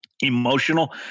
emotional